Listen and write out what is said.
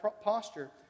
posture